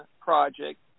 project